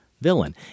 villain